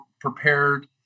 prepared